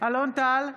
אלון טל,